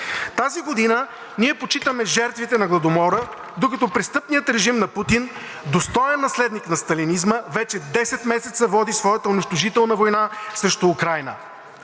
Тази година ние почитаме жертвите на Гладомора, докато престъпният режим на Путин, достоен наследник на Сталинизма, вече 10 месеца води своята унищожителна война срещу Украйна.